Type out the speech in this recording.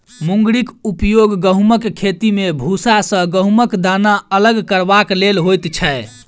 मुंगरीक उपयोग गहुमक खेती मे भूसा सॅ गहुमक दाना अलग करबाक लेल होइत छै